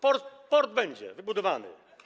Port będzie wybudowany.